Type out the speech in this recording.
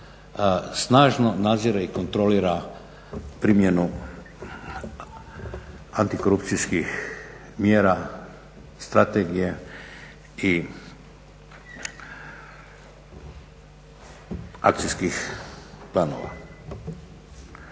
snažno nadzire i kontrolira primjenu antikorupcijskih mjera, strategije i akcijskih planova.